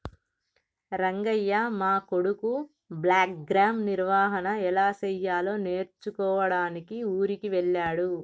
రంగయ్య మా కొడుకు బ్లాక్గ్రామ్ నిర్వహన ఎలా సెయ్యాలో నేర్చుకోడానికి ఊరికి వెళ్ళాడు